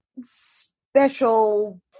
special